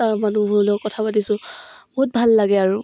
তাৰ মানুহবোৰৰ লগত কথা পাতিছোঁ বহুত ভাল লাগে আৰু